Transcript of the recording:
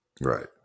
Right